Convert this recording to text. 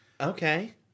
Okay